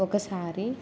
ఒకసారి